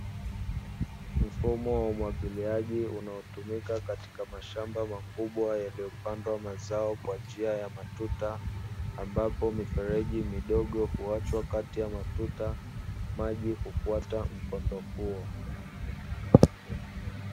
Mfumo wa umwagiliaji unao tumika katika mashamba makubwa yaliyopandwa mazao kwa njia ya matuta, ambapo mifereji midogo huachwa Kati ya matuta, maji hufuata mkondo huo.